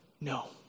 No